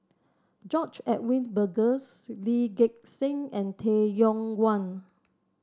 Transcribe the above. George Edwin Bogaars Lee Gek Seng and Tay Yong Kwang